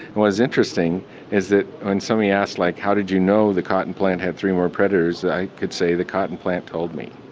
what is interesting is that when somebody asked, like, how did you know the cotton plant had three more predators i could say, the cotton plant told me.